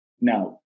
Now